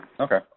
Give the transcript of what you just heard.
Okay